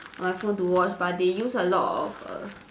on my phone to watch but they use a lot of err